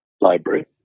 Library